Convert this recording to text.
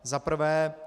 Za prvé.